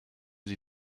sie